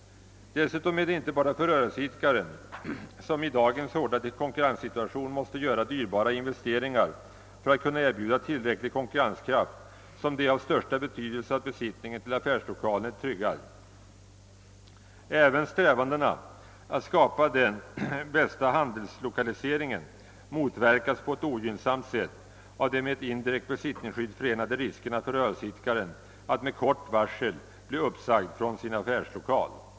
Dessutom är det icke bara för rörelseidkaren som i dagens hårda konkurrenssituation måste göra dyrbara investeringar för att kunna erbjuda tillräcklig konkurrenskraft som det är av största betydelse att besittningen till affärslokalen är tryggad. Även strävandena att skapa den bästa handelslokaliseringen motverkas på ett ogynnsamt sätt av de med ett indirekt besittningsskydd förenade riskerna för rörelseidkaren att med kort varsel bli uppsagd från sin affärslokal.